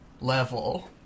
level